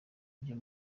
byo